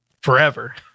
Forever